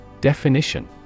Definition